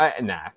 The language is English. nah